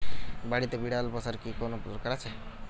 বাড়িতে বিড়াল পোষার কি কোন দরকার আছে?